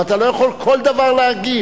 אבל אתה לא יכול כל דבר להגיב.